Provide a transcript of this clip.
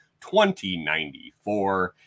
2094